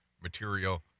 material